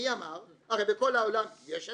הרי בכל העולם יש הצגות,